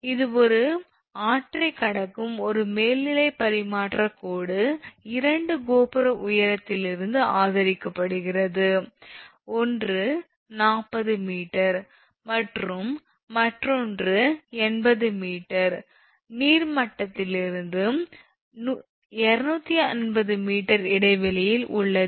இது ஒரு ஆற்றைக் கடக்கும் ஒரு மேல்நிலைப் பரிமாற்றக் கோடு இரண்டு கோபுர உயரத்திலிருந்து ஆதரிக்கப்படுகிறது ஒன்று 40 𝑚 மற்றும் மற்றொன்று 80 𝑚 நீர் மட்டத்திலிருந்து 250 m இடைவெளியில் உள்ளது